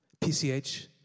PCH